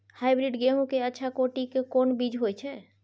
Hybrid गेहूं के अच्छा कोटि के कोन बीज होय छै?